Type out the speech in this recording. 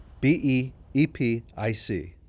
B-E-E-P-I-C